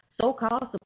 so-called